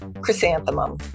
chrysanthemum